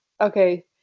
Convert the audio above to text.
Okay